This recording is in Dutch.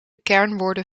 kernwoorden